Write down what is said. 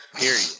Period